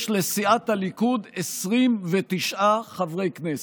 יש לסיעת הליכוד 29 חברי כנסת.